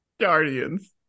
Guardians